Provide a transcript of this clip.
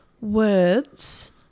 words